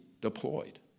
deployed